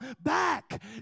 back